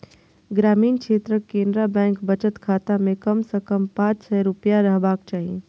ग्रामीण क्षेत्रक केनरा बैंक बचत खाता मे कम सं कम पांच सय रुपैया रहबाक चाही